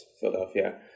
Philadelphia